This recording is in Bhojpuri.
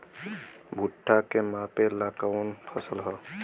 भूट्टा के मापे ला कवन फसल ह?